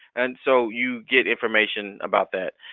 and so you get information about that.